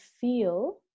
feel